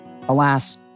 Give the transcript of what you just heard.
alas